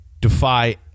defy